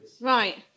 right